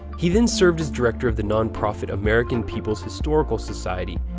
he then served as director of the nonprofit american people's historical society,